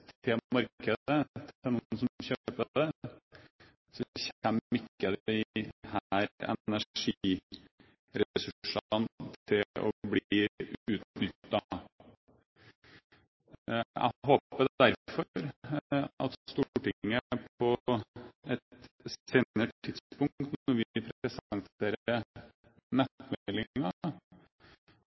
markedet, til noen som kjøper den, kommer ikke disse energiressursene til å bli utnyttet. Jeg håper derfor at Stortinget på et senere tidspunkt, når vi